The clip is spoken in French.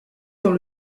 dans